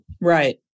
Right